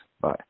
Bye